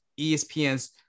espn's